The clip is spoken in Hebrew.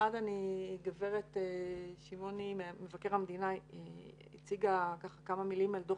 גברת שמעוני ממבקר המדינה הציגה בכמה מילים את דוח